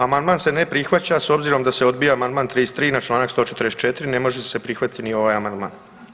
Amandman se ne prihvaća s obzirom da se odbija Amandman 33. na Članak 144. ne može se prihvatiti ni ovaj amandman.